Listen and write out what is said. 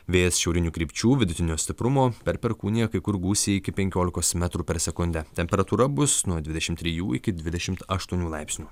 vėjas šiaurinių krypčių vidutinio stiprumo per perkūniją kai kur gūsiai iki penkiolikos metrų per sekundę temperatūra bus nuo dvidešim trijų iki dvidešim aštuonių laipsnių